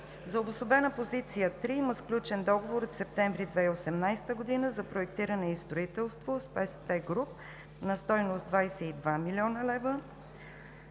За обособена позиция 3 има сключен договор от септември 2018 г. за проектиране и строителство с ПСД груп на стойност 22 млн. лв.